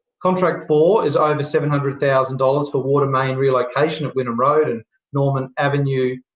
contract four is over seven hundred thousand dollars for water main relocation at wynnum road and norman avenue,